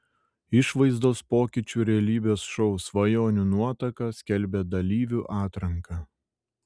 išvaizdos pokyčių realybės šou svajonių nuotaka skelbia dalyvių atranką